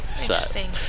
interesting